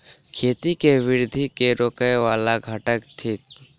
खेती केँ वृद्धि केँ रोकय वला घटक थिक?